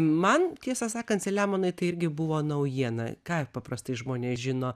man tiesą sakant selemonai tai irgi buvo naujiena ką paprastai žmonės žino